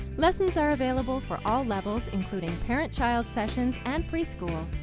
lessons are available for all levels including parent child sessions and preschool.